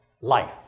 life